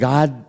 God